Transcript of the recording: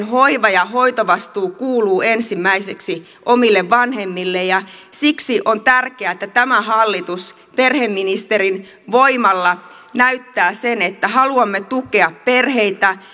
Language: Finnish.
hoiva ja hoitovastuu kuuluu ensimmäiseksi omille vanhemmille ja siksi on tärkeää että tämä hallitus perheministerin voimalla näyttää sen että haluamme tukea perheitä